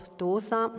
dosa